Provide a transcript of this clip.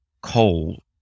coal